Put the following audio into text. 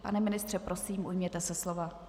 Pane ministře, prosím, ujměte se slova.